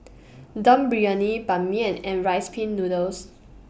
Dum Briyani Ban Mian and Rice Pin Noodles